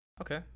Okay